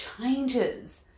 changes